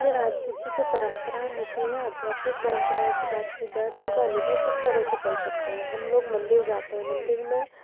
अपने राज्य की जो परम्पराएँ होती हैं अध्यात्मिक परम्पराओं की बात की जाए तो उनका अनुभव किस तरह से कर सकते हैं हम लोग मंदिर जाते हैं मंदिर में